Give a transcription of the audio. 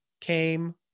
came